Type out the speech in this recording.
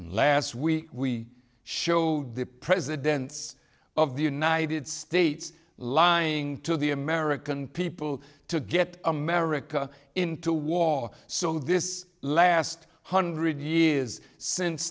last we showed the presidents of the united states lying to the american people to get america into war so this last hundred years since